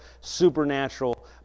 supernatural